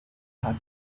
had